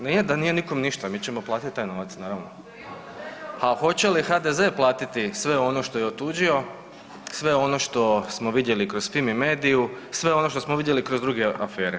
Nije da nije nikom ništa mi ćemo platiti taj novac naravno, a hoće li HDZ platiti sve ono što je otuđio, sve ono što smo vidjeli kroz Fimi mediju, sve ono što smo vidjeli kroz druge afere.